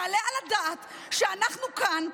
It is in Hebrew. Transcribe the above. יעלה על הדעת שאנחנו כאן,